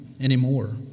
anymore